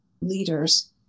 leaders